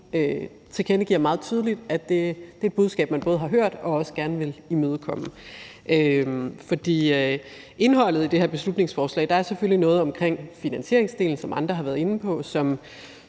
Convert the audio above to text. tilkendegiver meget tydeligt, at det er et budskab, man både har hørt og også gerne vil imødekomme. Med hensyn til indholdet i det her beslutningsforslag, så er der, ligesom andre har været inde på,